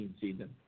season